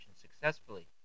successfully